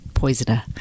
poisoner